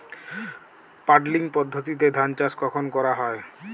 Puddling পদ্ধতিতে ধান চাষ কখন করা হয়?